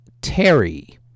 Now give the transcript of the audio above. Terry